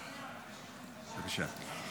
בבקשה.